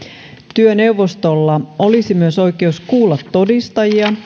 työneuvostolla olisi myös oikeus kuulla todistajia